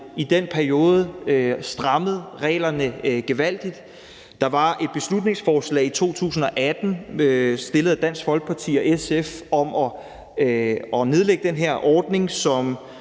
i den periode strammet reglerne gevaldigt. Der var et beslutningsforslag i 2018 fremsat af Dansk Folkeparti og SF om at nedlægge den her ordning. Det